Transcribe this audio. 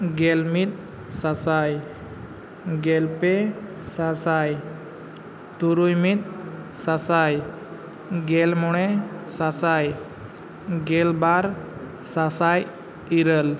ᱜᱮᱞ ᱢᱤᱫ ᱥᱟᱥᱟᱭ ᱜᱮᱞ ᱯᱮ ᱥᱟᱥᱟᱭ ᱛᱩᱨᱩᱭ ᱢᱤᱫ ᱥᱟᱥᱟᱭ ᱜᱮᱞ ᱢᱚᱬᱮ ᱥᱟᱥᱟᱭ ᱜᱮᱞ ᱵᱟᱨ ᱥᱟᱥᱟᱭ ᱤᱨᱟᱹᱞ